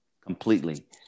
Completely